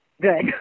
good